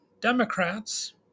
Democrats